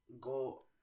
go